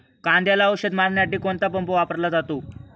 कांद्याला औषध मारण्यासाठी कोणता पंप वापरला जातो?